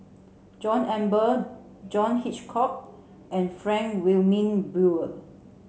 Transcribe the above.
John Eber John Hitchcock and Frank Wilmin Brewer